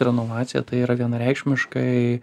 renovacija tai yra vienareikšmiškai